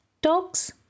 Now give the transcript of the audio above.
dogs